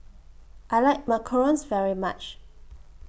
I like Macarons very much